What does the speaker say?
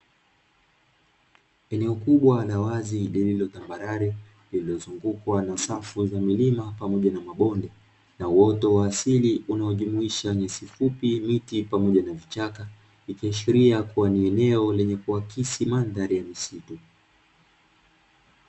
Eneo kubwa la wazi lililotambarare, limezungukwa na safu za milima pamoja na mabonde na uoto wa asili unaojumuisha nyasi fupi, miti, pamoja na vichaka, likiashiria kuwa ni eneo lenye kuakisi kuwani mandhari ya misitu.